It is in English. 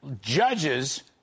judges